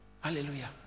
Hallelujah